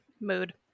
mood